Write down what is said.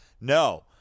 no